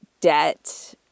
debt